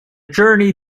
journey